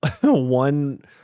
one